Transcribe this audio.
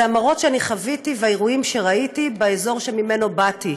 המראות שאני חוויתי והאירועים שראיתי באזור שממנו באתי.